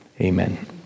amen